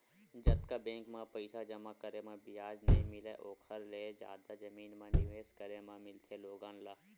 जतका बेंक म पइसा जमा करे म बियाज नइ मिलय ओखर ले जादा जमीन म निवेस करे म मिलथे लोगन ल